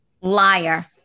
Liar